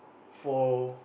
for